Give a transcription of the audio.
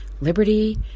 liberty